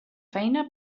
feina